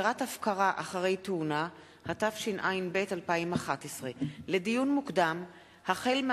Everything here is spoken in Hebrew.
התשע”ב 2011. לקריאה ראשונה,